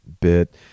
bit